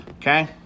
Okay